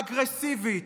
אגרסיבית,